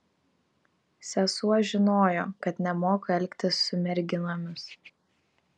sesuo žinojo kad nemoku elgtis su merginomis